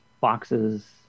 boxes